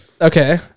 Okay